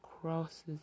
crosses